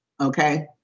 Okay